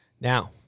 Now